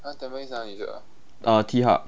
uh T hub